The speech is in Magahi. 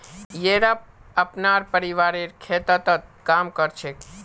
येरा अपनार परिवारेर खेततत् काम कर छेक